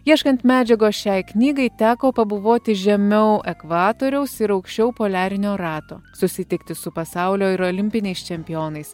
ieškan medžiagos šiai knygai teko pabuvoti žemiau ekvatoriaus ir aukščiau poliarinio rato susitikti su pasaulio ir olimpiniais čempionais